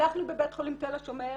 אנחנו בבית חולים תל השומר,